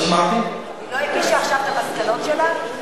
היא לא הגישה עכשיו את המסקנות שלה?